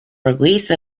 release